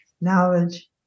knowledge